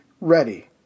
ready